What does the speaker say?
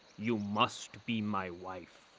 you must be my wife.